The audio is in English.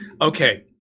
Okay